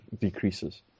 decreases